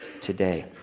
today